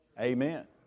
Amen